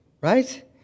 right